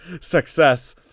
Success